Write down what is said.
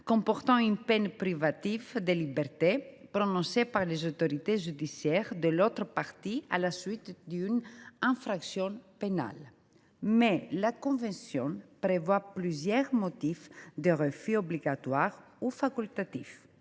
comportant une peine privative de liberté, prononcée par les autorités judiciaires de l’autre partie à la suite d’une infraction pénale. Cependant, la convention prévoit plusieurs motifs de refus obligatoires ou facultatifs.